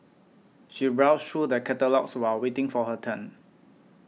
she browsed through the catalogues while waiting for her turn